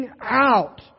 out